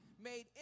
Made